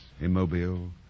immobile